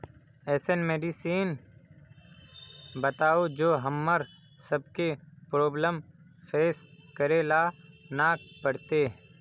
ऐसन मेडिसिन बताओ जो हम्मर सबके प्रॉब्लम फेस करे ला ना पड़ते?